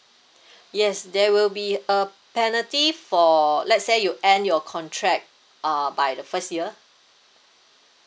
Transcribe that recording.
yes there will be a penalty for let's say you end your contract uh by the first year